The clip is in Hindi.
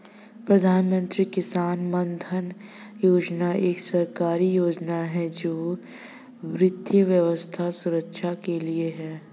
प्रधानमंत्री किसान मानधन योजना एक सरकारी योजना है जो वृद्धावस्था सुरक्षा के लिए है